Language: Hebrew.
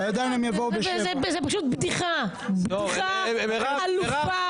זו פשוט בדיחה, בדיחה עלובה.